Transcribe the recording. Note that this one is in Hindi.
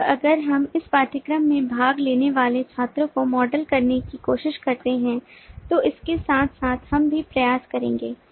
अब अगर हम इस पाठ्यक्रम में भाग लेने वाले छात्रों को मॉडल करने की कोशिश करते हैं तो इसके साथ साथ हम भी प्रयास करेंगे